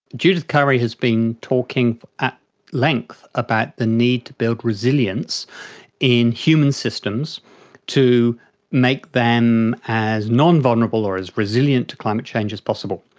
judith curry has been talking at length about the need to build resilience in human systems to make them as non-vulnerable or as resilient to climate change as possible,